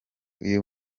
uyu